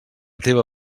teva